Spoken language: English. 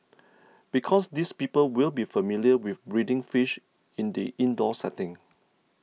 because these people will be familiar with breeding fish in the indoor setting